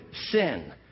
sin